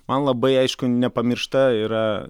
man labai aišku nepamiršta yra